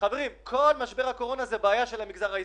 חברים, כל משבר הקורונה זו בעיה של המגזר העסקי.